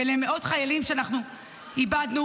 ולמאות חיילים שאנחנו איבדנו.